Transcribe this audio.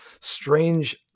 strange